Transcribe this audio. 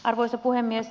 arvoisa puhemies